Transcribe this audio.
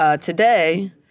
Today